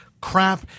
crap